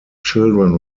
children